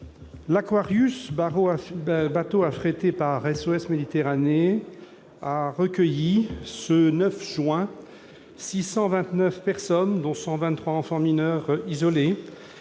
l', bateau affrété par SOS Méditerranée, a recueilli le 9 juin 629 personnes, dont 123 enfants mineurs isolés